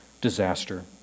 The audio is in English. disaster